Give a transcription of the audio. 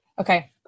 okay